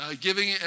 giving